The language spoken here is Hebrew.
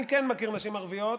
אני כן מכיר נשים ערביות